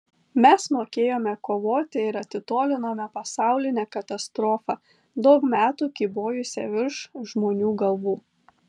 mes mokėjome kovoti ir atitolinome pasaulinę katastrofą daug metų kybojusią virš žmonių galvų